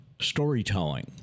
storytelling